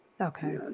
Okay